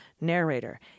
Narrator